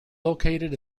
located